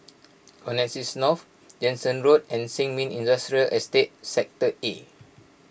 Connexis North Jansen Road and Sin Ming Industrial Estate Sector A